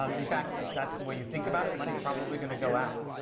um in fact, if that's the way you think about it, money's probably gonna go out.